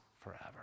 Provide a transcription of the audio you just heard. forever